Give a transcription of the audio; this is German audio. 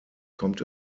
kommt